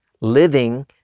living